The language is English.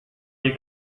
you